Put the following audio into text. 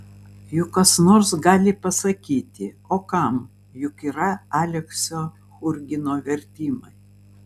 juk kas nors gali pasakyti o kam juk yra aleksio churgino vertimai